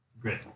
Great